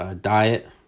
diet